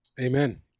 amen